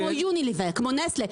כמו יוניליוור ונסטלה,